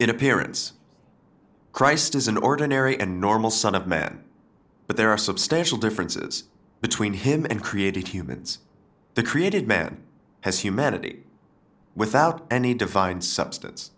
in appearance christ as an ordinary and normal son of man but there are substantial differences between him and created humans the created man has humanity without any divine substance